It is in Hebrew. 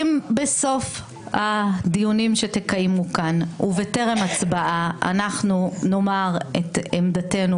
אם בסוף הדיונים שתקיימו כאן ובטרם הצבעה נאמר את עמדתנו